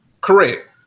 correct